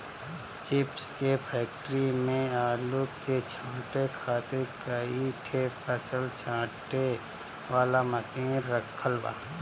chips के factory में आलू के छांटे खातिर कई ठे फसल छांटे वाला मशीन रखल बा